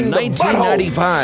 $19.95